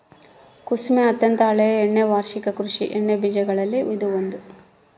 ಕುಸುಮೆ ಅತ್ಯಂತ ಹಳೆಯ ಎಣ್ಣೆ ವಾರ್ಷಿಕ ಕೃಷಿ ಎಣ್ಣೆಬೀಜ ಬೆಗಳಲ್ಲಿ ಇದು ಒಂದು